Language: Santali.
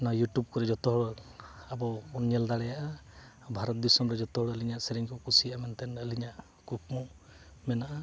ᱱᱚᱣᱟ ᱤᱭᱩᱴᱩᱵᱽ ᱠᱚᱨᱮ ᱡᱚᱛᱚ ᱦᱚᱲ ᱟᱵᱚ ᱵᱚᱱ ᱧᱮᱞ ᱫᱟᱲᱮᱭᱟᱜᱼᱟ ᱵᱷᱟᱨᱚᱛ ᱫᱤᱥᱚᱢ ᱨᱮ ᱡᱚᱛᱚ ᱦᱚᱲ ᱟᱹᱞᱤᱧᱟᱜ ᱥᱮᱨᱮᱧ ᱠᱚ ᱠᱩᱥᱤᱭᱟᱜ ᱢᱮᱱᱛᱮᱫ ᱟᱹᱞᱤᱧᱟᱜ ᱠᱩᱠᱢᱩ ᱢᱮᱱᱟᱜᱼᱟ